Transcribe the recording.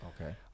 Okay